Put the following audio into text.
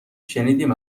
شنیدیم